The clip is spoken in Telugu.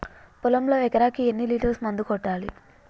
పొలంలో ఎకరాకి ఎన్ని లీటర్స్ మందు కొట్టాలి?